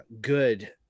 good